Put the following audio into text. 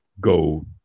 go